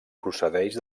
procedeix